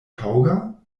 taŭga